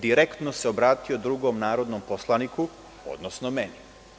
Direktno se obratio drugom narodnom poslaniku, odnosno meni.